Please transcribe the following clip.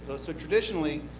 ah so traditionally,